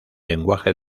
lenguaje